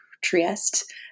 Trieste